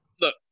look